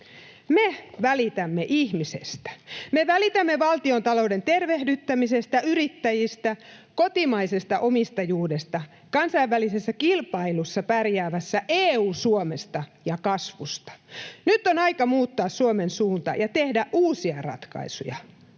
Me välitämme ihmisestä, me välitämme valtiontalouden tervehdyttämisestä, yrittäjistä, kotimaisesta omistajuudesta, kansainvälisessä kilpailussa pärjäävästä EU-Suomesta ja kasvusta. Nyt on aika muuttaa Suomen suuntaa ja tehdä uusia ratkaisuja.